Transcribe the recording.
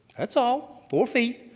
that's all, four feet,